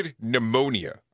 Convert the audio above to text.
pneumonia